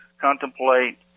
contemplate